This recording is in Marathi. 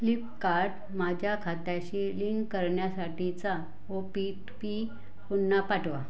फ्लिपकार्ट माझ्या खात्याशी लिंक करण्यासाठीचा ओ पीट पी पुन्हा पाठवा